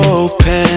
open